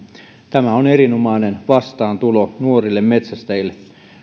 tämä on erinomainen vastaantulo nuorille metsästäjille